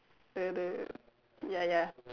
the the ya ya